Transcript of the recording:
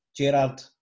Gerard